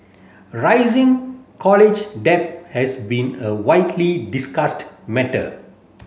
rising college debt has been a widely discussed matter